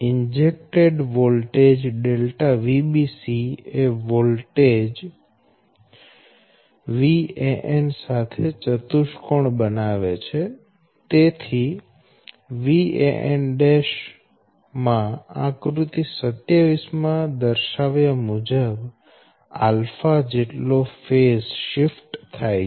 injected voltage ΔVbc એ voltage Van સાથે ચતુષ્કોણ બનાવે છે તેથી Van' માં આકૃતિ 27 માં દર્શાવ્યા મુજબ ⍺ જેટલો ફેઝ શિફ્ટ થાય છે